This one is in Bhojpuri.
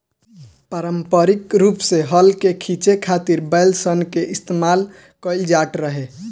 पारम्परिक रूप से हल के खीचे खातिर बैल सन के इस्तेमाल कईल जाट रहे